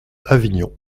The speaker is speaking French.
avignon